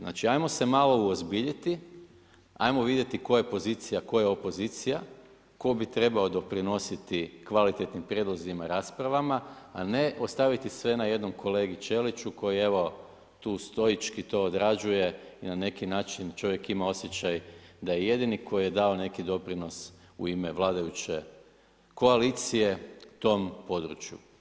Znači ajmo se malo uozbiljiti, ajmo vidjeti tko je pozicija, tko je opozicija, tko bi trebao doprinositi kvalitetnim prijedlozima i raspravama, a ne ostaviti sve na jednom kolegi Čeliću koji evo tu stojički to odrađuje i na neki način čovjek ima osjećaj da je jedini koji je dao neki doprinos u ime vladajuće koalicije tom području.